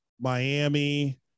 Miami